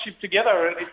together